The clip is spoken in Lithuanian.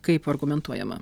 kaip argumentuojama